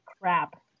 crap